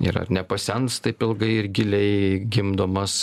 ir ar nepasens taip ilgai ir giliai gimdomas